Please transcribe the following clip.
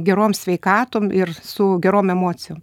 gerom sveikatom ir su gerom emocijom